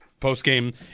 postgame